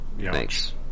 Thanks